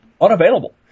unavailable